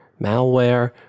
malware